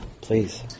Please